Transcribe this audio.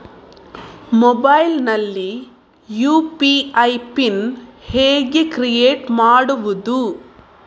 Mobile ನಲ್ಲಿ UPI PIN ಹೇಗೆ create ಮಾಡುವುದು?